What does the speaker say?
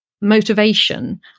motivation